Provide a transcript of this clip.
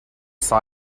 scion